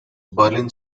berlin